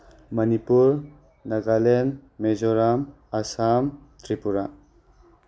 Manipur Nagaland Mizoram Assam Tripura